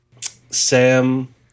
Sam